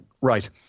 Right